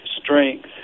strength